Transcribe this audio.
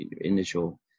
initial